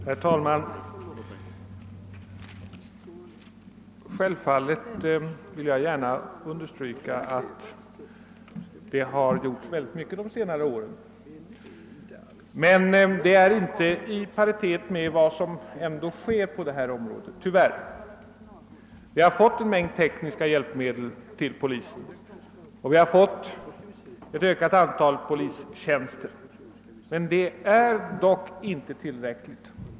Herr talman! Självfallet vill jag gärna understryka att det har gjorts väldigt mycket på detta område de senare åren. Men det är inte i paritet med vad som ändå förekommer på området. Vi har fått en mängd tekniska hjälpmedel till polisen och vi har fått ett ökat antal polistjänster. Men det är dock inte tillräckligt.